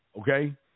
okay